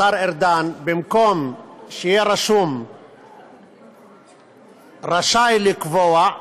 השר ארדן, במקום שיהיה כתוב "רשאי לקבוע",